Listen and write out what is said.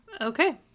Okay